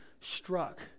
struck